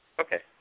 Okay